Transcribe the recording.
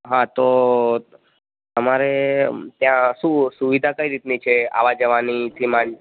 હા તો તમારે ત્યાં શું સુવિધા કઈ રીતની છે આવા જવાની થી માંડી